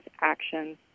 actions